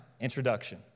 introduction